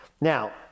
Now